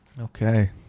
Okay